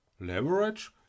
Leverage